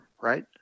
right